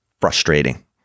frustrating